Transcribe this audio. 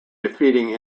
defeating